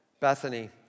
Bethany